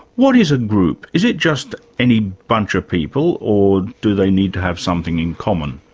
what is a group? is it just any bunch of people or do they need to have something in common?